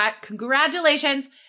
congratulations